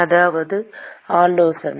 ஏதாவது ஆலோசனை